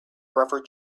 brother